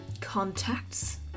contacts